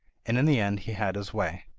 and in the end he had his way.